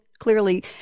Clearly